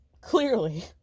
clearly